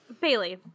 Bailey